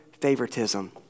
favoritism